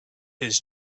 his